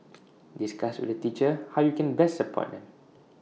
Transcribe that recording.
discuss with the teacher how you can best support him